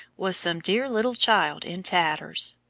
was some dear little child in tatters.